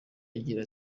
agira